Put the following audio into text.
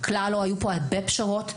כלל לא היו פה הרבה פשרות,